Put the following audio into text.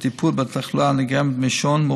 של הטיפול בתחלואה הנגרמת מעישון,